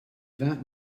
that